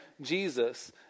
Jesus